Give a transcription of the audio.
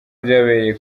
byabereye